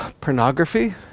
pornography